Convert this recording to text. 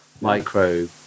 micro